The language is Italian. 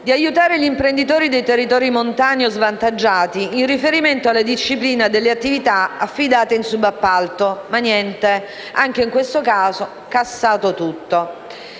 di aiutare gli imprenditori dei territori montani o svantaggiati in riferimento alla disciplina delle attività affidate in subappalto. Ma niente: anche questo è stato respinto.